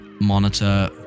monitor